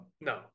no